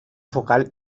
focal